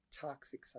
toxic